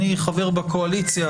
אני חבר בקואליציה,